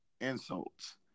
insults